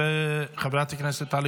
חברת הכנסת טלי